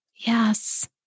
Yes